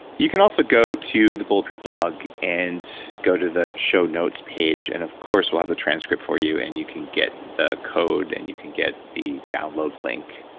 you can also go to the bulletproof blog and go to the show notes page, and of course we'll have the transcript for you, and you can get the code, and you can get the download link